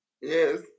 Yes